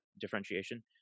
differentiation